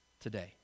today